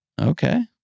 Okay